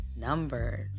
numbers